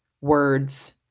words